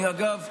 אגב,